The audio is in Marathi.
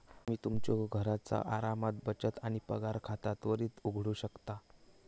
तुम्ही तुमच्यो घरचा आरामात बचत आणि पगार खाता त्वरित उघडू शकता